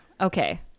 Okay